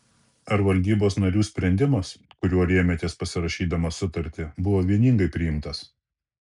ar valdybos narių sprendimas kuriuo rėmėtės pasirašydamas sutartį buvo vieningai priimtas